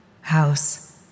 house